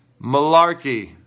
Malarkey